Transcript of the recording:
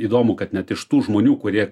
įdomu kad net iš tų žmonių kurie